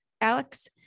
Alex